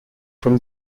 from